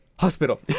hospital